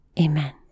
Amen